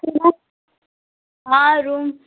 हाँ रूम